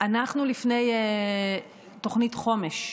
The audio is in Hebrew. אנחנו לפני תוכנית חומש.